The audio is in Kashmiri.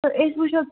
تہٕ أسۍ وٕچھو